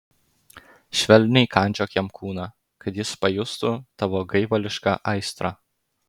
švelniai kandžiok jam kūną kad jis pajustų tavo gaivališką aistrą